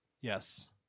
Yes